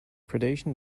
predation